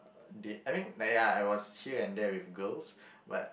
date I mean like ya I was here and there with girls but